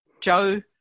Joe